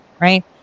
Right